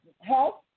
health